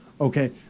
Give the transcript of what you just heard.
Okay